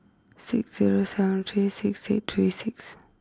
six zero seven three six eight three six